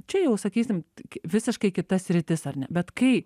čia jau sakysim visiškai kita sritis ar ne bet kai